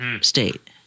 state